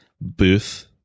booth